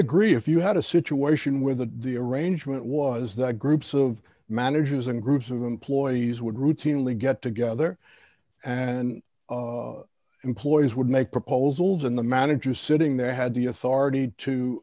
agree if you had a situation with the arrangement was that groups of managers and groups of employees would routinely get together and employees would make proposals and the manager sitting there had the authority